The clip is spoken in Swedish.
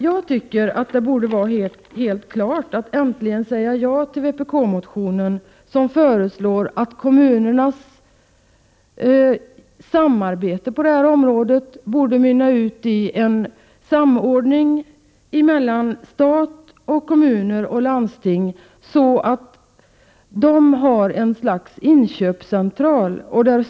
Jag tycker att det nu borde vara en självklarhet att säga ja till vpk:s motion, där vi framhåller att kommunernas samarbete på detta område borde mynna ut i en samordning mellan stat, kommuner och landsting. Det handlar alltså om ett slags inköpscentral för dessa.